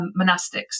monastics